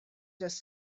just